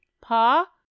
Pa